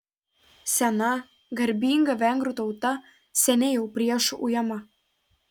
sena garbinga vengrų tauta seniai jau priešų ujama